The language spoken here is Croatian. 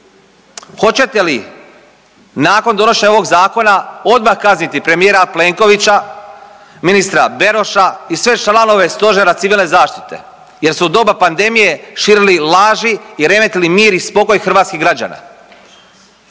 Hoćete li nakon donošenja ovog zakona odmah kazniti premijera Plenkovića, ministra Beroša i sve članove stožera civilne zaštite jer su u doba pandemije širili laži remetili mir i spokoj hrvatskih građana?